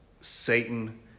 Satan